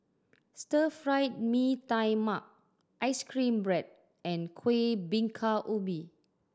Stir Fried Mee Tai Mak ice cream bread and Kuih Bingka Ubi